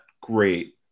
great